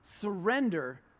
surrender